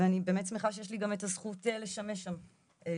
ואני באמת צריכה שיש לי גם את הזכות לשמש שם ולסייע.